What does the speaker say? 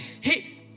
hey